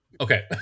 Okay